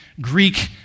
Greek